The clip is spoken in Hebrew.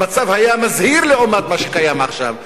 המצב עוד היה מזהיר לעומת מה שקיים עכשיו,